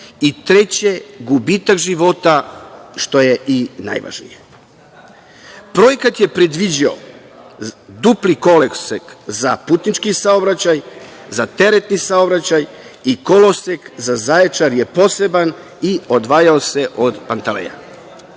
i, treće, gubitak života, što je i najvažnije. Projekat je predviđao dupli kolosek za putnički saobraćaj, za teretni saobraćaj i kolosek za Zaječar je poseban i odvajao se od Panteleja. Bivši